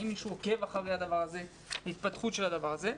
האם מישהו עוקב אחרי הדבר הזה וההתפתחות של הדבר הזה.